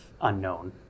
unknown